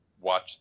watch